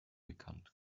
bekannt